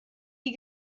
die